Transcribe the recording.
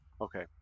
Okay